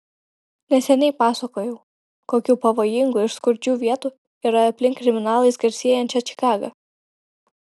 neseniai pasakojau kokių pavojingų ir skurdžių vietų yra aplink kriminalais garsėjančią čikagą